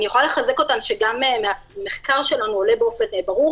אני יכולה לחזק אותן שגם מהמחקר שלנו עולה באופן ברור